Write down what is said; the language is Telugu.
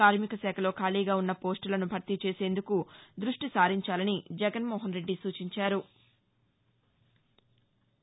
కార్శిక శాఖలో ఖాళీగా ఉన్న పోస్లులను భర్తీ చేసేందుకు ద్బష్టి సారించాలని జగన్మోహన్రెడ్డి సూచించారు